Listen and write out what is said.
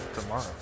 tomorrow